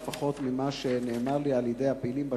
שלפחות ממה שנאמר לי על-ידי הפעילים בשטח,